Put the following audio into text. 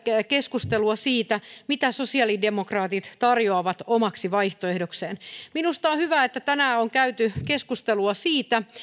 keskustelua siitä mitä sosiaalidemokraatit tarjoavat omaksi vaihtoehdokseen minusta on hyvä että tänään on käyty keskustelua siitä